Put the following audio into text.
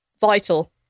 vital